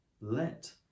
Let